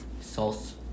sauce